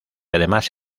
además